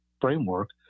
framework